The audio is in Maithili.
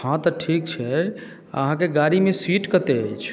हँ तऽ ठीक छै अहाँके गाड़ीमे सीट कतेक अछि